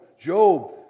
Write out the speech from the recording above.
Job